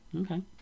Okay